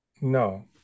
No